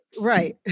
Right